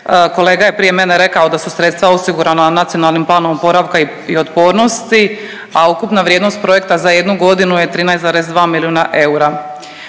kolega je prije mene rekao da su sredstva osigurana NPOO-om, a ukupna vrijednost projekta za jednu godinu je 13,2 milijuna eura.